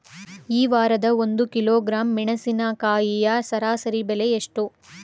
ಈ ವಾರ ಒಂದು ಕಿಲೋಗ್ರಾಂ ಮೆಣಸಿನಕಾಯಿಯ ಸರಾಸರಿ ಬೆಲೆ ಎಷ್ಟು?